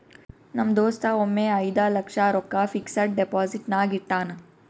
ನಮ್ ದೋಸ್ತ ಒಮ್ಮೆ ಐಯ್ದ ಲಕ್ಷ ರೊಕ್ಕಾ ಫಿಕ್ಸಡ್ ಡೆಪೋಸಿಟ್ನಾಗ್ ಇಟ್ಟಾನ್